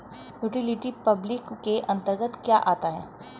Utility public के अंतर्गत क्या आता है?